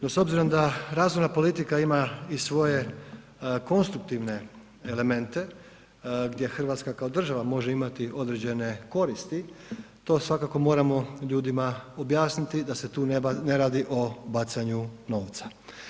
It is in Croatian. No s obzirom da razvojna politika ima i svoje konstruktivne elemente gdje Hrvatska kao država može imati određene koristi to svakako moramo ljudima objasniti da se tu ne radi o bacanju novca.